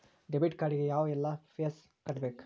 debit card ಗೆ ಯಾವ್ಎಲ್ಲಾ fees ಕಟ್ಬೇಕು